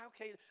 okay